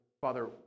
Father